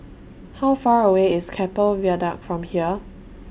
How Far away IS Keppel Viaduct from here